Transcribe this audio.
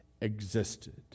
existed